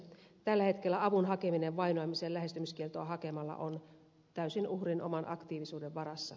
tällä hetkellä avun hakeminen vainoamiseen lähestymiskieltoa hakemalla on täysin uhrin oman aktiivisuuden varassa